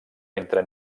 entre